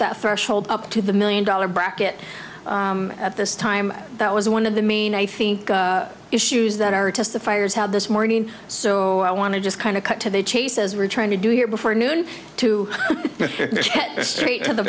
that threshold up to the million dollar bracket at this time that was one of the main i think issues that our testifiers how this morning so i want to just kind of cut to the chase as we're trying to do here before noon to